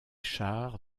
chars